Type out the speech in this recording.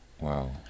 Wow